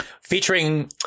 featuring